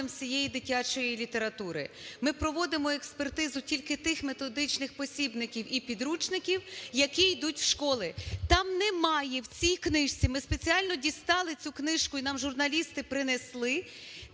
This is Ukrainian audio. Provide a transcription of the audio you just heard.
всієї дитячої літератури. Ми проводимо експертизу тільки тих методичних посібників і підручників, які йдуть в школи. Там немає в цій книжці, ми спеціально дістали цю книжку, і нам журналісти принесли,